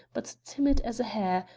but timid as a hare,